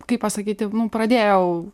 kaip pasakyti pradėjau